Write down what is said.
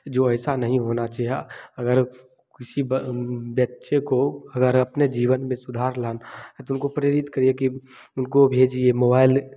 जो ऐसा नहीं होना चाहिए आ अगर किसी बच्चे को अगर अपने जीवन में सुधार लाना तो उनको प्रेरित करिए कि उनको भेजिए मोबाइल